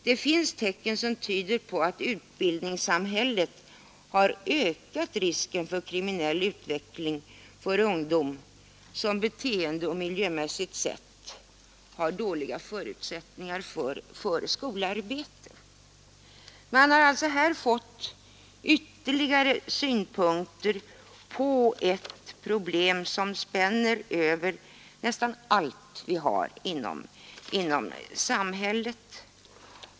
Det finns tecken som tyder på att utbildningssamhället har ökat risken för kriminell utveckling hos ungdom som beteendeoch miljömässigt sett har dåliga förutsättningar för skolarbetet. Man har alltså här fått ytterligare synpunkter på ett problem som spänner över nästan allt vad vi har inom samhället.